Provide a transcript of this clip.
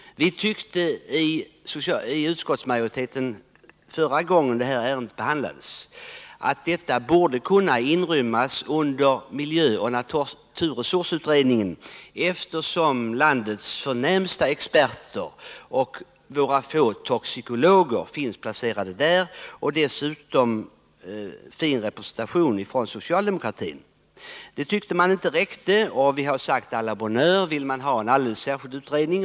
Förra gången detta ärende behandlades tyckte vi inom utskottsmajoriteten att denna sak kunde inrymmas i naturresursoch miljökommitténs arbete, eftersom landets förnämsta experter och få toxikologer finns placerade där. Dessutom är socialdemokraterna väl representerade. Det tyckte man emellertid inte räckte, utan man ville ha en alldeles särskild utredning.